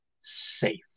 safe